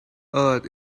earth